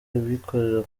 abikorera